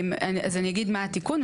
אז אני אגיד מה התיקון,